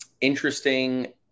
interesting